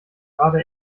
gerade